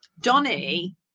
Donny